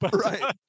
Right